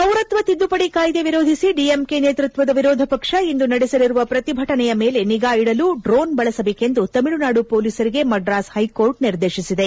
ಪೌರತ್ವ ತಿದ್ದುಪಡಿ ಕಾಯ್ದೆ ವಿರೋಧಿಸಿ ಡಿ ಎಂ ಕೆ ನೇತೃತ್ವದ ವಿರೋಧ ಪಕ್ಷ ಇಂದು ನಡೆಸಲಿರುವ ಪ್ರತಿಭಟನೆಯ ಮೇಲೆ ನಿಗಾ ಇಡಲು ಡ್ರೋನ್ ಬಳಸಬೇಕೆಂದು ತಮಿಳುನಾಡು ಪೋಲಿಸರಿಗೆ ಮಡ್ರಾಸ್ ಹೈಕೋರ್ಟ್ ನಿರ್ದೇಶಿಸಿದೆ